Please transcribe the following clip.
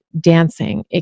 dancing